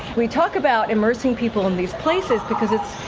we talk about immersing people in these places because it's.